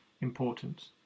importance